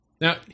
Now